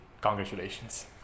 Congratulations